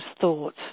thought